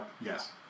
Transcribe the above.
Yes